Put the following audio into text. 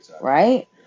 right